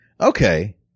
Okay